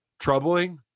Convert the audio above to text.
troubling